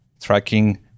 tracking